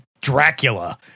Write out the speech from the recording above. Dracula